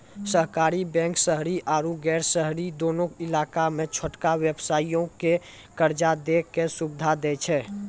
सहकारी बैंक शहरी आरु गैर शहरी दुनू इलाका मे छोटका व्यवसायो के कर्जा दै के सुविधा दै छै